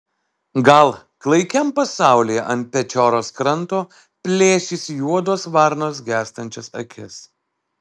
gal klaikiam pasaulyje ant pečioros kranto plėšys juodos varnos gęstančias akis